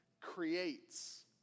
creates